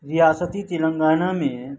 ریاستِ تلنگانہ میں